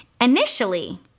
Initially